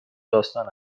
داستان